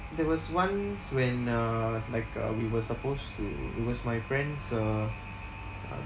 there was once when uh like uh we were supposed to it was my friend's uh uh